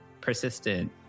persistent